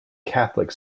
catholic